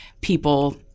people